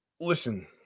listen